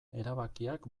erabakiak